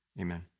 Amen